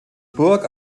burg